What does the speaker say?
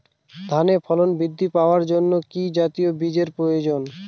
ধানে ফলন বৃদ্ধি পাওয়ার জন্য কি জাতীয় বীজের প্রয়োজন?